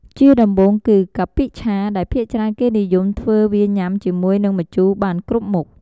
ជាដំបូងគឺ កាពិឆា ដែលភាគច្រើនគេនិយមធ្វើវាញ៉ាំជាមួយនិងម្ជូរបានគ្រប់មុខ។